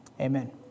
Amen